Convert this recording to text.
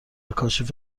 کاشف